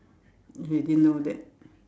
they didn't know that